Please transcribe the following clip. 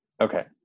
okay